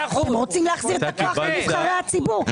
אתם רוצים להחזיר את הכוח לנבחרי הציבור,